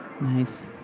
nice